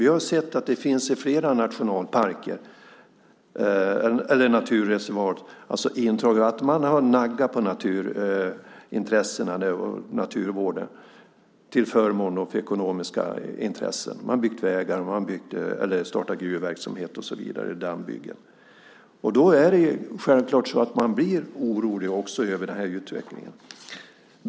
Vi har sett att det sker intrång i flera naturreservat. Man har naggat på naturintressena och naturvården till förmån för ekonomiska intressen. Man har byggt vägar, startat gruvverksamhet, dammbyggen och så vidare. Självfallet blir man orolig över den utvecklingen.